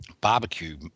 barbecue